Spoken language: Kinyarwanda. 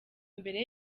mbere